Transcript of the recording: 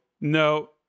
No